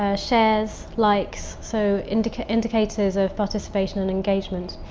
ah shares, likes, so. indicators indicators of participation and engagement.